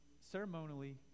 ceremonially